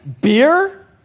beer